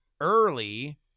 early